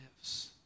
lives